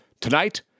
Tonight